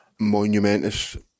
monumentous